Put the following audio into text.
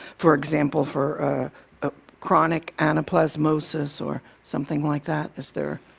for example, for chronic anaplasmosis or something like that? is there